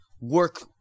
work